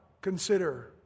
consider